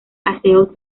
aseos